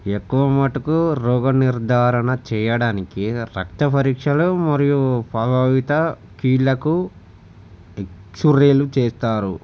ఎక్కువ మటుకు రోగనిర్ధారణ చేయడానికి రక్త పరీక్షలు మరియు ప్రభావిత కీళ్లకు ఎక్స్రేలు చేస్తారు